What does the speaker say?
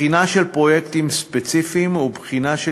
בחינה של פרויקטים ספציפיים ובחינה של